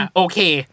okay